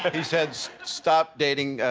he said stop dating,